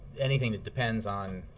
anything that depends on